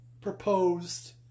proposed